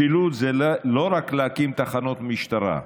משילות זה לא רק להקים תחנות משטרה,